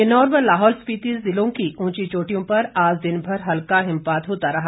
किन्नौर व लाहौल स्पीति जिले की ऊपरी चोटियों पर आज दिन भर हल्का हिमपात होता रहा